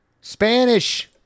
Spanish